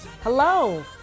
Hello